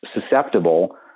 susceptible